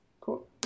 Cool